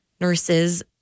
nurses